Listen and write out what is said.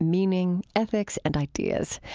meaning, ethics, and ideas.